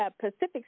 Pacific